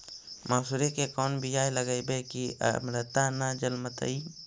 मसुरी के कोन बियाह लगइबै की अमरता न जलमतइ?